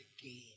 again